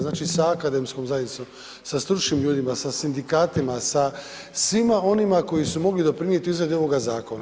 Znači, sa akademskom zajednicom, sa stručnim ljudima, sa sindikatima, sa svima onima koji su mogli doprinijeti izradi ovoga zakona.